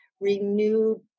renewed